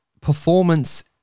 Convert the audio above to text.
performance